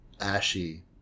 ashy